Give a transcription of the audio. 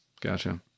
Gotcha